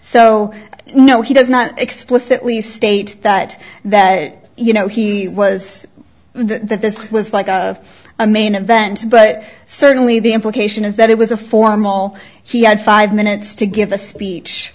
so no he does not explicitly state that that you know he was that this was like a a main event but certainly the implication is that it was a formal he had five minutes to give a speech